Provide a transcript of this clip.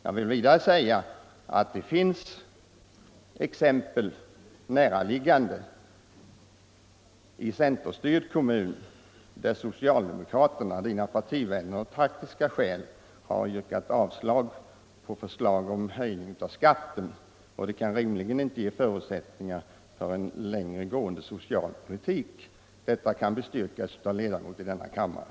Jag vill vidare säga att vi har näraliggande exempel på att socialdemokraterna i en centerstyrd kommun av taktiska skäl har yrkat avslag på förslag om höjning av skatten. Det kan rimligen inte ge förutsättningar för en längre gående social politik. Detta kan bestyrkas av ledamöter i denna kammare.